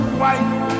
white